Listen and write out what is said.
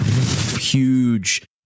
huge